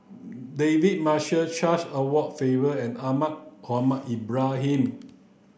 David Marshall Charles Edward Faber and Ahmad Mohamed Ibrahim